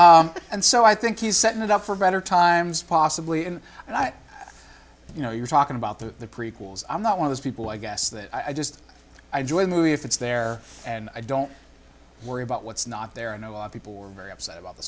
fiasco and so i think he's setting it up for better times possibly in and i you know you're talking about the prequels i'm not one of those people i guess that i just i join movie if it's there and i don't worry about what's not there and a lot of people were very upset about the